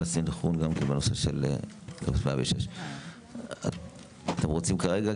הסנכרון בנושא של נוהל 106. אתה רוצה לדבר?